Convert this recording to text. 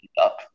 up